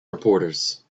reporters